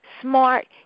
smart